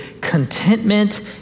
contentment